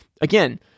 again